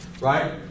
right